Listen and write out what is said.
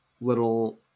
little